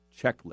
checklist